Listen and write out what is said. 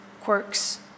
quirks